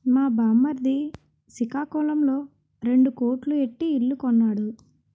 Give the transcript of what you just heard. మా బామ్మర్ది సికాకులంలో రెండు కోట్లు ఎట్టి ఇల్లు కొన్నాడు